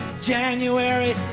January